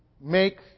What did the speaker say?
make